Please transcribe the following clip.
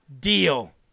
deal